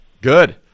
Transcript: Good